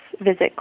visit